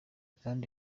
kandi